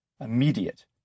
immediate